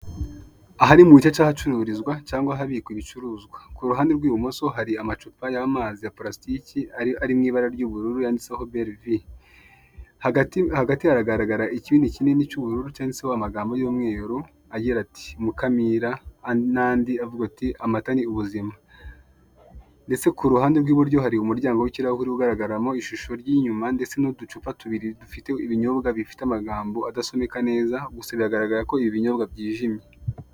Aha ni mubice byahacururizwa cyangwa ahabikwa ibicuruzwa. kuruhande rw'ibumosoh hari amacupa yamazi ya parasitike ari mu ibara ry'ubururu yanditseho berivi(Belle v)hagati haragaragara ikibindi kinini cyanditseho amagambo y'umweru agira ati mukamira Nandi agira ati amata n'ubuzima. Ndetse kuruhande rw'iburyo hari umuryango wikirahure ugaragaramo ishusho y'inyuma ndetse n'uducupa dufitei dufite ibinyobwa bifite amagambo adasomeka neza gusa biragaragara ko ibi binyobwa byijimye.